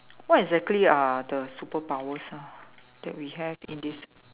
what exactly are the superpowers ah that we have in this